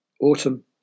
autumn